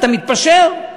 אתה מתפשר.